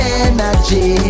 energy